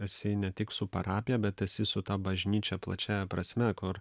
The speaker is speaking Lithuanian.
esi ne tik su parapija bet esi su ta bažnyčia plačiąja prasme kur